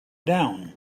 down